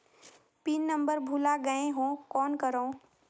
Pin number भुला गयें हो कौन करव?